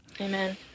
Amen